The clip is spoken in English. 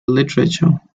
literature